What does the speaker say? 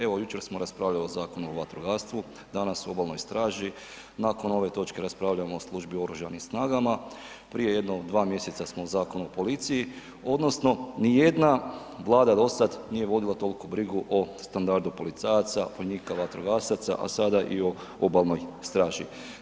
Evo jučer smo raspravljali o Zakonu o vatrogastvu, danas o obalnoj straži, nakon ove točke raspravljamo o službi u oružanim snagama, prije jedno dva mjeseca smo Zakon o policiji odnosno nijedna Vlada do sada nije vodila toliku brigu o standardu policajaca, vojnika, vatrogasaca, a sada i o obalnoj straži.